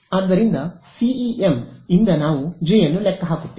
ಆದ್ದರಿಂದ CEM ಇಂದ ನಾವು J ಅನ್ನು ಲೆಕ್ಕ ಹಾಕುತ್ತೇವೆ